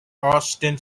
austin